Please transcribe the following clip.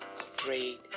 afraid